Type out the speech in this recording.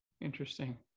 interesting